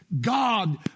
God